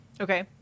Okay